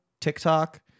TikTok